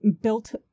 built